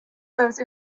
those